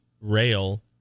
rail